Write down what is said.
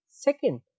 second